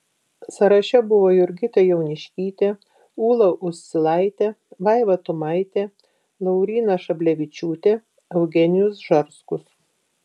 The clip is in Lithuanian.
sąraše buvo jurgita jauniškytė ūla uscilaitė vaiva tumaitė lauryna šablevičiūtė eugenijus žarskus